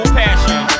passion